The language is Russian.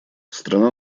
страна